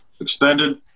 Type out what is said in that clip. extended